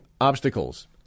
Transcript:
obstacles